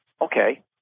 Okay